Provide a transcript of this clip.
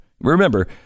Remember